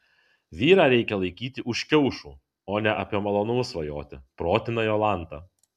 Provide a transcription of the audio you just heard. vyrą reikia laikyti už kiaušų o ne apie malonumus svajoti protina jolanta